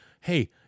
Hey